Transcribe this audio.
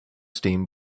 steam